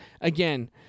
again